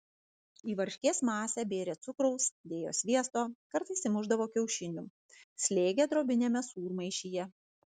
į varškės masę bėrė cukraus dėjo sviesto kartais įmušdavo kiaušinių slėgė drobiniame sūrmaišyje